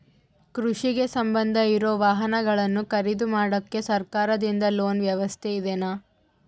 ಕೃಷಿಗೆ ಸಂಬಂಧ ಇರೊ ವಾಹನಗಳನ್ನು ಖರೇದಿ ಮಾಡಾಕ ಸರಕಾರದಿಂದ ಲೋನ್ ವ್ಯವಸ್ಥೆ ಇದೆನಾ?